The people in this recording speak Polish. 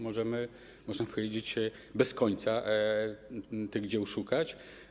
Możemy, można powiedzieć, bez końca tych dzieł szukać.